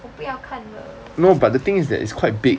我不要看了